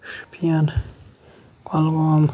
Shopian Kulgam